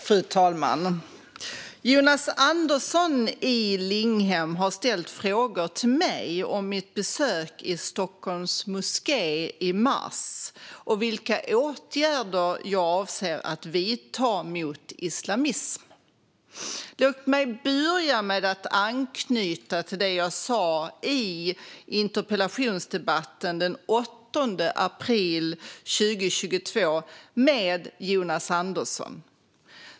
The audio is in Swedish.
Fru talman! Jonas Andersson i Linghem har ställt frågor till mig om mitt besök i Stockholms moské i mars och vilka åtgärder jag avser att vidta mot islamism. Låt mig börja med att anknyta till det jag sa i interpellationsdebatten den 8 april 2022 med Jonas Andersson.